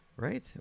Right